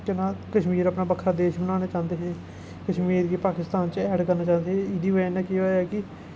केह् नांऽ कश्मीर अपनी बक्खरा देश बनाना चांह्दे हे कश्मीर गी पाकिस्तान बिच्च ऐड करना चांह्दे हे एह्दे नै केह् होआ कि